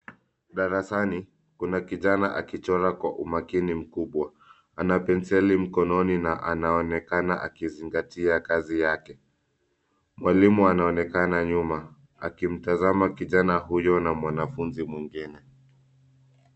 Darasani, kuna kijana akichora kwa umakini mkubwa. Ana penseli mkononi na anaonekana akizingatia kazi yake. Mwalimu anaonekana nyuma akimtazama kijana huyu na mwanafunzi mwingine.